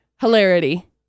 hilarity